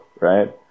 Right